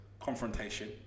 confrontation